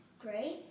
Great